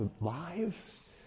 lives